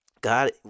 God